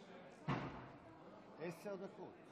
עשר דקות.